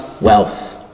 wealth